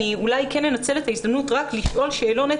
ואני אנצל את ההזדמנות לשאול שאלה.